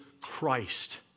Christ